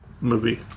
movie